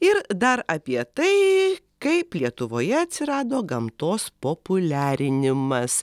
ir dar apie tai kaip lietuvoje atsirado gamtos populiarinimas